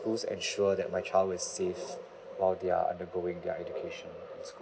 the school ensure that my child is safe while they are undergoing their education in school